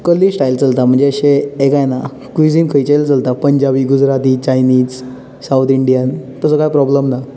कसलीय स्टायल चलता म्हणजे अशें हें कांय ना कुझीन खंयचेय चलता Punjabi Gujarati Chinese south Indian तसो कांय प्रॉब्लम ना